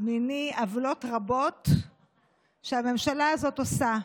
מיני עוולות רבות שהממשלה הזאת עושה,